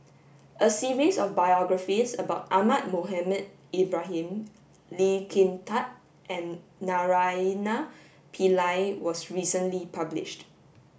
a series of biographies about Ahmad Mohamed Ibrahim Lee Kin Tat and Naraina Pillai was recently published